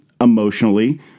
Emotionally